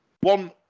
one